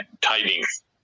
tidings